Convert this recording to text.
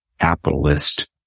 capitalist